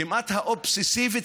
הכמעט-אובססיבית,